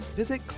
visit